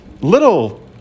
little